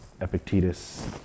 Epictetus